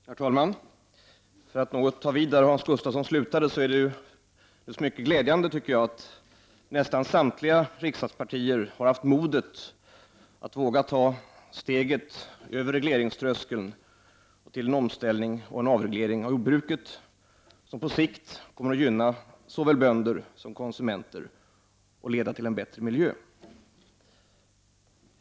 Herr talman! För att något ta vid där Hans Gustafsson slutade vill jag säga att jag är mycket glad över att nästan samtliga partier i riksdagen har haft modet att våga ta steget över regleringströskeln till en omställning och avreg leringen av jordbruket. Detta kommer på sikt att gynna såväl bönder som konsumenter och leda till en bättre miljö.